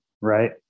right